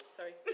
sorry